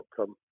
outcome